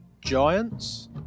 Giants